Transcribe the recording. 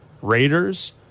Raiders